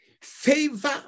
favor